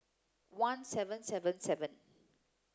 one seven seven seven